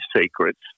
secrets